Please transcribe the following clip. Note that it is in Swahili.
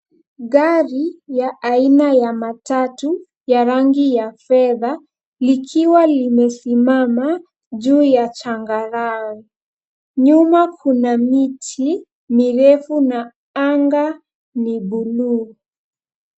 Gari ya aina ya matatu ya rangi ya fedha likiwa limesimama juu ya changarawe. Nyuma kuna miti mirefu na anga ni buluu.